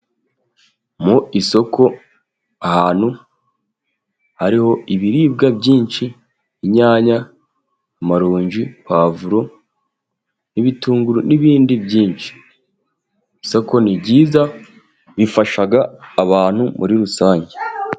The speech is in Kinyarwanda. Mu isoko ahantu hariho ibiribwa byinshi: inyanya, amaronji, puwavuro,n' ibitunguru n'ibindi byinshi. Isoko ni ryiza rifashaga abantu muri rusange.